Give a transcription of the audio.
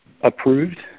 approved